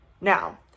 Now